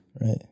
Right